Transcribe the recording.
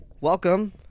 welcome